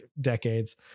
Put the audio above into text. decades